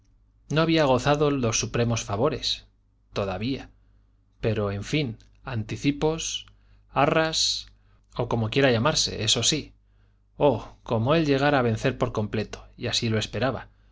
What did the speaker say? no había gozado los supremos favores todavía pero en fin anticipos arras o como quiera llamarse eso sí oh como él llegara a vencer por completo y así lo esperaba